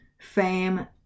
fame